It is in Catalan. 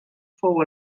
fou